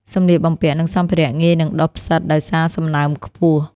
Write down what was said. សម្លៀកបំពាក់ និងសម្ភារៈងាយនឹងដុះផ្សិតដោយសារសំណើមខ្ពស់។